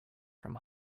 from